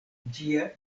ĝia